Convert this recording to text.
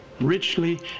richly